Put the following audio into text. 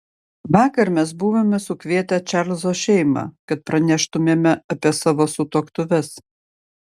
vakar mes buvome sukvietę čarlzo šeimą kad praneštumėme apie savo sutuoktuves